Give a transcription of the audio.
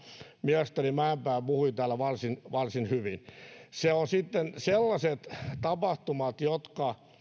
mielestäni mäenpää puhui täällä varsin varsin hyvin ne ovat sitten sellaiset tapahtumat jotka